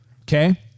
Okay